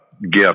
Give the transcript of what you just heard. Gift